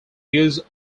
use